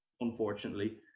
unfortunately